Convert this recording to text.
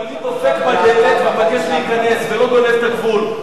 פליט דופק בדלת ומבקש להיכנס ולא גונב את הגבול.